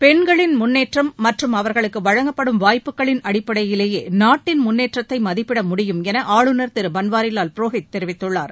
பெண்களின் முன்னேற்றம் மற்றும் அவர்களுக்கு வழங்கப்படும் வாய்ப்புகளின் அடிப்படையிலேயே நாட்டின் முன்னேற்றத்தை மதிப்பிட முடியும் என ஆளுநர் திரு பன்வாரிலால் புரோஹித் தெரிவித்துள்ளார்